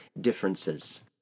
differences